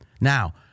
Now